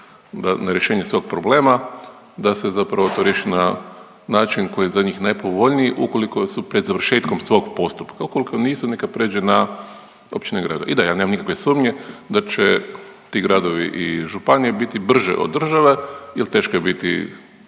na rješenje svog problema da se zapravo to riješi na način koji je za njih najpovoljniji ukoliko su pred završetkom svog postupka, ukoliko nisu neka pređe na općine i gradove. I da, ja nemam nikakve sumnje da će ti gradovi i županije biti brže od države jel teško je biti